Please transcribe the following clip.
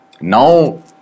now